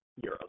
euros